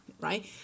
right